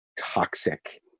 toxic